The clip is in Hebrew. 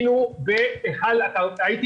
הייתי